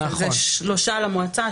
זה שלושה למועצה,